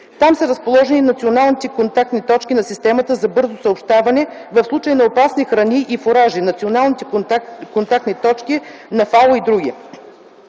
Там са разположени и националните контактни точки на системата за бързо съобщаване в случаи на опасни храни и фуражи, националните контактни точки на ФАО и др.